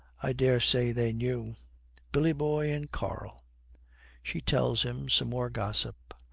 i daresay they knew billy boy and karl she tells him some more gossip.